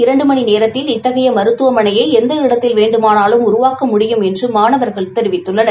இரண்டு மணி நேரத்தில் இத்தகைய மருத்துவமனையை எந்த இடத்தில் வேண்டுமானாலும் உருவாக்க முடியும் என்று மாணவர்கள் தெரிவித்துள்ளனர்